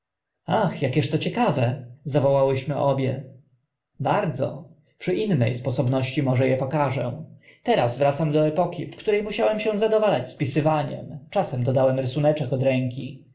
ach akież to ciekawe zawołałyśmy obie bardzo przy inne sposobności może e pokażę teraz wracam do epoki w które musiałem się zadowalać opisywaniem czasem dodałem rysuneczek od ręki